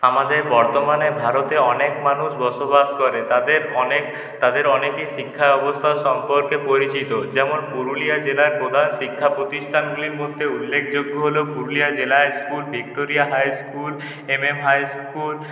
আমাদের বর্তমানে ভারতে অনেক মানুষ বসবাস করে তাদের অনেক তাদের অনেকের শিক্ষাব্যবস্থা সম্পর্কে পরিচিত যেমন পুরুলিয়া জেলার প্রধান শিক্ষা প্রতিষ্ঠানগুলির মধ্যে উল্লেখযোগ্য হল পুরুলিয়া জেলা school Victoria high school MM high school